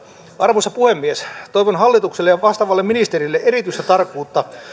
arvoisa puhemies toivon hallitukselle ja vastaavalle ministerille erityistä tarkkuutta